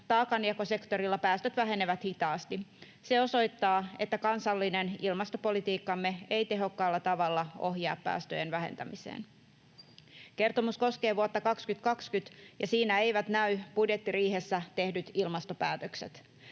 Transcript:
taakanjakosektorilla päästöt vähenevät hitaasti. Se osoittaa, että kansallinen ilmastopolitiikkamme ei tehokkaalla tavalla ohjaa päästöjen vähentämiseen. Kertomus koskee vuotta 2020, ja siinä eivät näy budjettiriihessä tehdyt ilmastopäätökset.